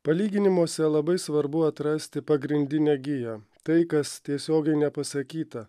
palyginimuose labai svarbu atrasti pagrindinę giją tai kas tiesiogiai nepasakyta